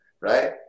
right